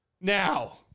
Now